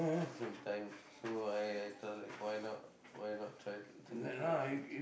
at the same time so I I thought like why not why not try take security license